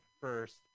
first